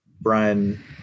Brian